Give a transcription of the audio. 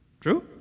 True